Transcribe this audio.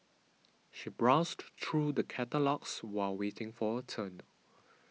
she browsed through the catalogues while waiting for her turn